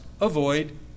avoid